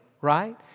right